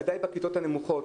בוודאי בכיתות הנמוכות.